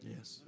Yes